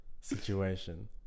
situation